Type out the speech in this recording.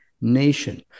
nation